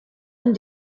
amb